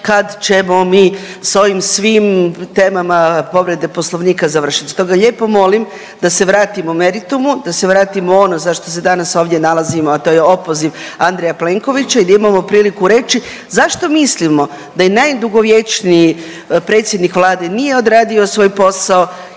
kad ćemo mi sa ovim svim temama povrede poslovnika završit. Stoga lijepo molim da se vratimo meritumu, da se vratimo ono za što se danas ovdje nalazimo, a to je opoziv Andreja Plenkovića i da imamo priliku reći zašto mislimo da najdugovječniji predsjednik Vlade nije odradio svoj posao